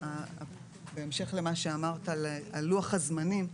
בהמשך למה שאמרת על לוח הזמנים,